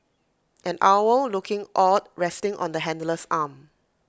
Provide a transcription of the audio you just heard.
an owl looking awed resting on the handler's arm